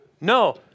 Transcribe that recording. no